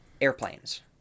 airplanes